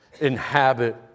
inhabit